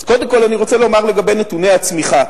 אז קודם כול אני רוצה לומר לגבי נתוני הצמיחה.